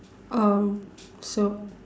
um so